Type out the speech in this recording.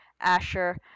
Asher